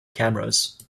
cameras